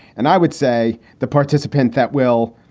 and i would say the participant that will,